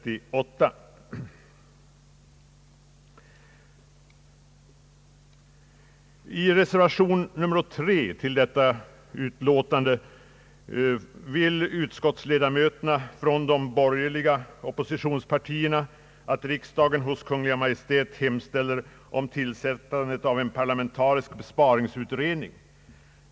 I reservation 3 till detta utlåtande vill ledamöterna från de borgerliga oppositionspartierna att riksdagen hos Kungl. Maj:t skall hemställa om tillsättande av en parlamentarisk besparingsutredning.